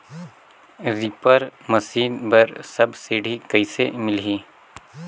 Reaper machine बर subsidy कइसे मिलही?